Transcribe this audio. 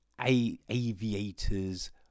aviators